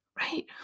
Right